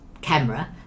camera